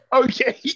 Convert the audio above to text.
okay